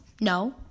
No